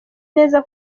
neza